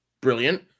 brilliant